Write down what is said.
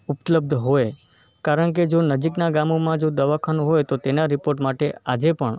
ઉપલબ્ધ હોય કારણ કે જો નજીકના ગામોમાં જો દવાખાનું હોય તો તેના રિપોર્ટ માટે આજે પણ